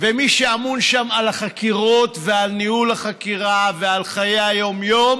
ומי שאמון שם על החקירות ועל ניהול החקירה ועל חיי היום-יום